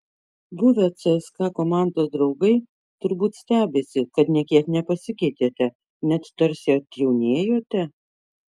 buvę cska komandos draugai turbūt stebisi kad nė kiek nepasikeitėte net tarsi atjaunėjote